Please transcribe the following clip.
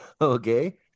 okay